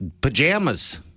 Pajamas